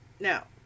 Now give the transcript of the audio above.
Now